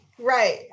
Right